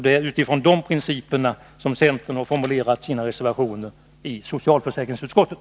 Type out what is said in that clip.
Det är utifrån dessa principer som centern formulerat sina reservationer i socialförsäkringsutskottet.